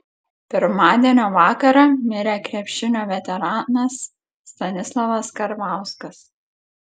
pirmadienio vakarą mirė krepšinio veteranas stanislovas karvauskas